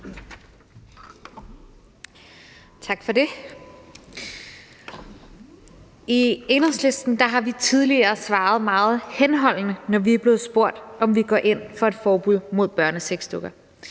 I Enhedslisten har vi tidligere svaret meget henholdende, når vi er blevet spurgt, om vi går ind for et forbud mod børnesexdukker.